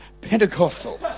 Pentecostal